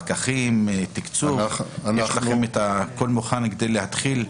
פקחים תקצוב וכו' יש לכם את זה ואתם מוכנים להתחיל ביישום?